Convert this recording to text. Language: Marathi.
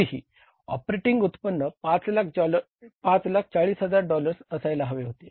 तरीही ऑपरेटिंग उत्पन्न 540000 डॉलर्स असायला हवे होते